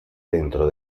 dentro